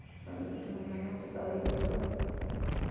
ᱫᱚᱥᱟᱨ ᱦᱤᱞᱟᱹᱜ ᱫᱚᱞᱮ ᱵᱚᱸᱜᱟᱱᱟ ᱛᱮᱥᱟᱨ ᱦᱤᱞᱟᱹᱜ ᱫᱚ